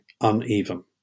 uneven